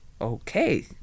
Okay